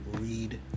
read